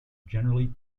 generally